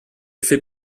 fait